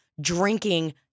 drinking